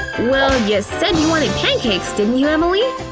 well, you said you wanted pancakes, didn't you, emily?